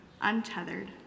untethered